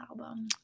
album